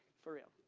for real.